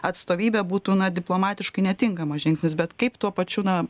atstovybę būtų na diplomatiškai netinkamas žingsnis bet kaip tuo pačiu na